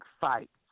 fights